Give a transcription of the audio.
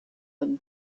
them